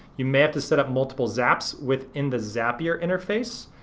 you may have to setup multiple zaps within the zapier interface.